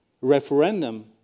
referendum